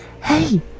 hey